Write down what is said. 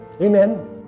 Amen